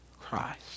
Christ